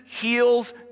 heals